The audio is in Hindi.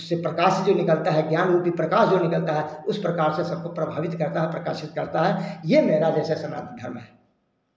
उससे प्रकाश जो निकलता है प्राण रूपी प्रकाश जो निकलता है उस प्रकार से सबको प्रभावित करता है प्रकाशित करता है यह मेरा जैसे सनातन धर्म है